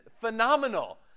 phenomenal